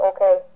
Okay